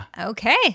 Okay